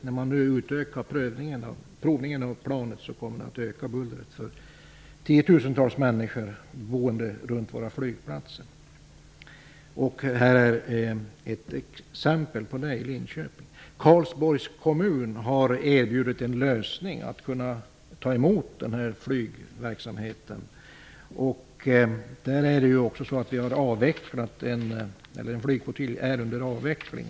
När man utökar provningen av planet kommer bullret att öka för tiotusentals människor boende runt våra flygplatser. Situationen i Linköping är ett exempel på det. Karlsborgs kommun har erbjudit en lösning, nämligen att man där kan ta emot den här flygverksamheten. Där är en flygflottilj under avveckling.